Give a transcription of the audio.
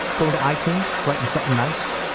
going to itunes, writing something nice,